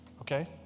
okay